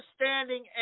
understanding